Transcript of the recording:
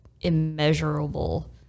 immeasurable